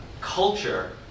culture